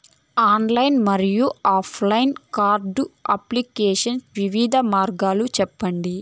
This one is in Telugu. ఆన్లైన్ మరియు ఆఫ్ లైను కార్డు అప్లికేషన్ వివిధ మార్గాలు సెప్పండి?